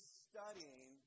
studying